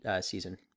season